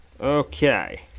Okay